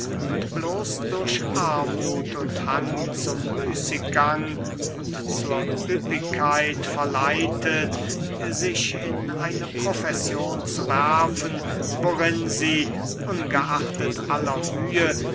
und bloß durch armuth und hang zum müßiggang und zur üppigkeit verleitet sich in eine profession zu werfen worin sie ungeachtet aller mühe